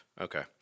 okay